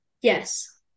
Yes